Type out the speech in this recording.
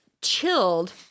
chilled